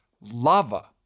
Lava